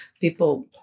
people